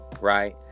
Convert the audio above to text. right